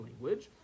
language